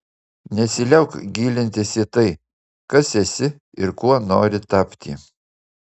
nesiliauk gilintis į tai kas esi ir kuo nori tapti